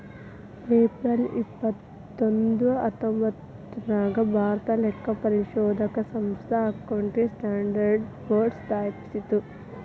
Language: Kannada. ಏಪ್ರಿಲ್ ಇಪ್ಪತ್ತೊಂದು ಹತ್ತೊಂಭತ್ತ್ನೂರಾಗ್ ಭಾರತಾ ಲೆಕ್ಕಪರಿಶೋಧಕ ಸಂಸ್ಥಾ ಅಕೌಂಟಿಂಗ್ ಸ್ಟ್ಯಾಂಡರ್ಡ್ ನ ಬೋರ್ಡ್ ಸ್ಥಾಪಿಸ್ತು